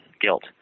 guilt